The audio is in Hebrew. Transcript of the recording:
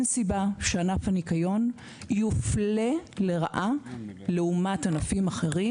סיבה שענף הניקיון יופלה לרעה לעומת ענפים אחרים,